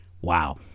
wow